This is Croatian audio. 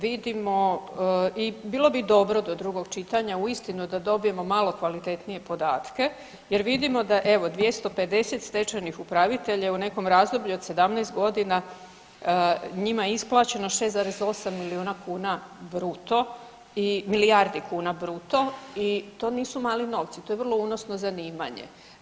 Vidimo i bilo bi dobro do drugog čitanja uistinu da dobijemo malo kvalitetnije podatke jer vidimo da evo 250 stečajnih upravitelja u nekom razdoblju od 17 godina njima je isplaćeno 6,8 milijuna kuna bruto i, milijardi kuna bruto i to nisu mali novci, to je vrlo unosno zanimanje.